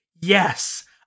yes